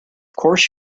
course